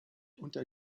unter